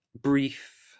brief